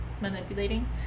manipulating